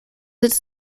its